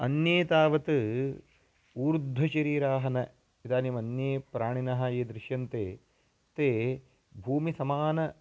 अन्ये तावत् ऊर्ध्वशरीराः न इदानीमन्ये प्राणिनः ये दृश्यन्ते ते भूमिसमानम्